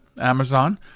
Amazon